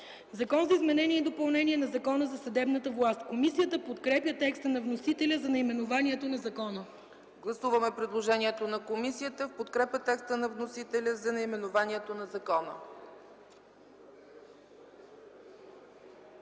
Закон за изменение и допълнение на Закона за съдебната власт.” Комисията подкрепя теста на вносителя за наименованието на закона. ПРЕДСЕДАТЕЛ ЦЕЦКА ЦАЧЕВА: Гласуваме предложението на комисията в подкрепа текста на вносителя за наименованието на закона.